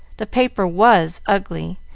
the paper was ugly,